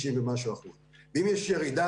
אם יש ירידה,